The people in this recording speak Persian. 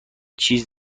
چیزی